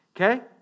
okay